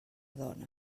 dona